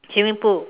swimming pool